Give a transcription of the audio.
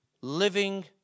living